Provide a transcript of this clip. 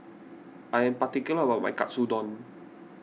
I am particular about my Katsudon